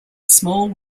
small